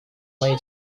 моей